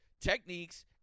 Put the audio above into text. techniques